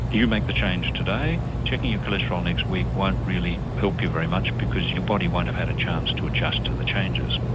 you make the change today, checking your cholesterol next week won't really help you very much because your body won't have had a chance to adjust to the changes.